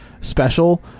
special